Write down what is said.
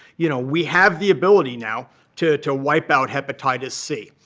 you know we have the ability now to to wipe out hepatitis c.